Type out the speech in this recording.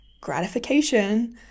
gratification